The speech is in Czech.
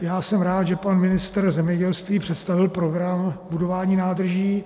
Já jsem rád, že pan ministr zemědělství představil program k budování nádrží.